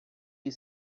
you